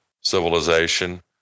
civilization